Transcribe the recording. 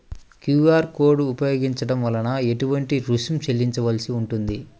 QR code ఉపయోగించటం వలన ఏటువంటి రుసుం చెల్లించవలసి ఉంటుంది?